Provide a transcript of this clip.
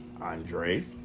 Andre